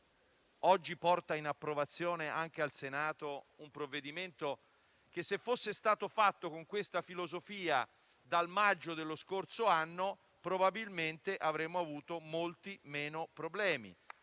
oggi porta all'approvazione anche al Senato di un provvedimento che se fosse stato affrontato con questa filosofia dal maggio dello scorso anno probabilmente avremmo avuto molti meno problemi.